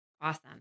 Awesome